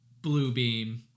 Bluebeam